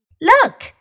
Look